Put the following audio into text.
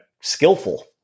skillful